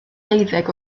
deuddeg